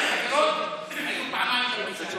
החברים והחברות, היו פעמיים בפגישה.